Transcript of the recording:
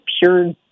pure